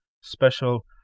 special